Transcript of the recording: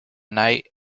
night